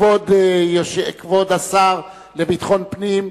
כבוד השר לביטחון פנים,